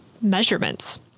measurements